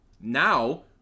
Now